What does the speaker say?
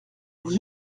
vous